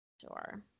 Sure